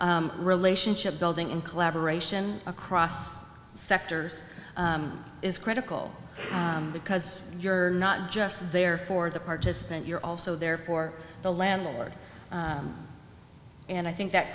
relationship building and collaboration across sectors is critical because you're not just there for the participant you're also there for the landlord and i think that